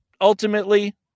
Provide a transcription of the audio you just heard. ultimately